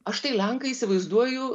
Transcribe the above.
aš tai lenkai įsivaizduoju